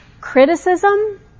criticism